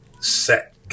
set